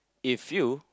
if you